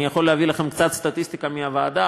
אני יכול להביא לכם קצת סטטיסטיקה מהוועדה.